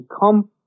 become